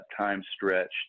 time-stretched